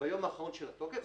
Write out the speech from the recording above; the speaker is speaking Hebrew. ביום האחרון של התוקף,